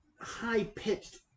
high-pitched